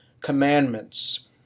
Commandments